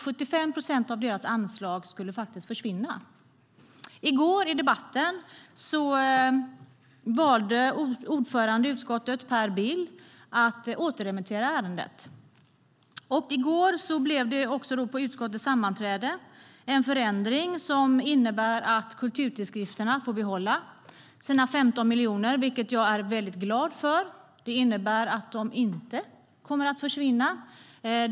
75 procent av deras anslag skulle faktiskt försvinna. I debatten i går valde ordföranden i utskottet, Per Bill, att återremittera ärendet. Och i går på utskottets sammanträde blev det en förändring som innebär att kulturtidskrifterna får behålla sina 15 miljoner, vilket jag är väldigt glad för. Det innebär att de inte kommer att försvinna.